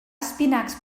espinacs